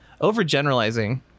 Overgeneralizing